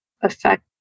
affect